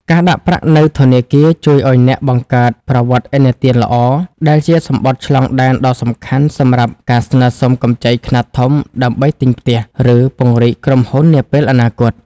ការដាក់ប្រាក់នៅធនាគារជួយឱ្យអ្នកបង្កើត "ប្រវត្តិឥណទាន" ល្អ ដែលជាសំបុត្រឆ្លងដែនដ៏សំខាន់សម្រាប់ការស្នើសុំកម្ចីខ្នាតធំដើម្បីទិញផ្ទះ ឬពង្រីកក្រុមហ៊ុននាពេលអនាគត។